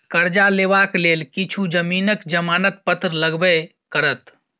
करजा लेबाक लेल किछु जमीनक जमानत पत्र लगबे करत